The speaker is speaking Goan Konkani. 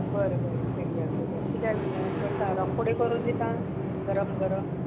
बरें बरें करया करया किद्या भिल्या करता रोकडे करून दिता गरम गरम